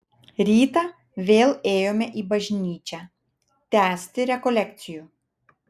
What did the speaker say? rytą vėl ėjome į bažnyčią tęsti rekolekcijų